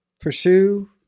pursue